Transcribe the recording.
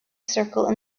circle